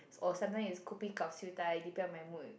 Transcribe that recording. or sometimes its kopi gao siew dai depend on my mood